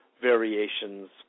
variations